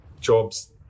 jobs